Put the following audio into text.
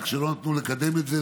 כשלא נתנו לקדם את זה,